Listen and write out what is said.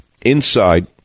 inside